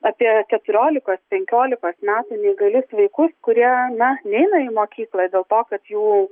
apie keturiolikos penkiolikos metų neįgalius vaikus kurie na neina į mokyklą dėl to kad jų au